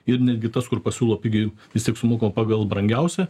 ir netgi tas kur pasiūlo pigiai vis tiek sumokama pagal brangiausią